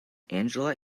angela